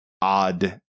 odd